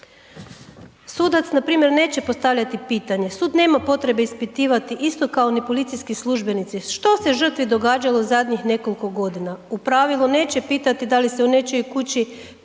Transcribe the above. Sudac npr. neće postavljati pitanje, sud nema potrebe ispitivati, isto kao ni policijski službenici, što se žrtvi događalo zadnjih nekoliko godina, u pravilu neće pitati da li se u nečijoj kući